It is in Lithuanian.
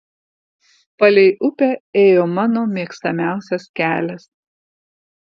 palei upę ėjo mano mėgstamiausias kelias